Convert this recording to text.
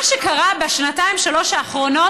מה שקרה בשנתיים-שלוש האחרונות,